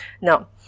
Now